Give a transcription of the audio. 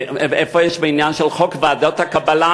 איפה יש בעניין של חוק ועדות הקבלה,